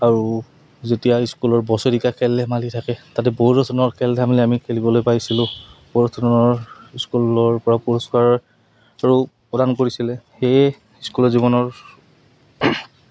আৰু যেতিয়া স্কুলৰ বছৰেকীয়া খেল ধেমালি থাকে তাতে বহুতো ধৰণৰ খেল ধেমালি আমি খেলিবলৈ পাইছিলোঁ বহুত ধৰণৰ স্কুলৰ পৰা পুৰস্কাৰো প্ৰদান কৰিছিলে সেয়ে স্কুলৰ জীৱনৰ